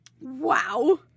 wow